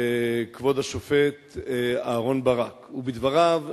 כבוד השופט אהרן ברק, ובדבריו,